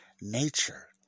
nature